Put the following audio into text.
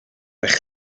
eich